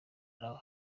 nawe